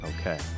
Okay